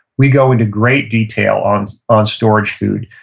we go into great detail on on storage food,